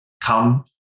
come